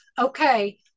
okay